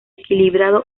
equilibrado